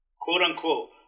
quote-unquote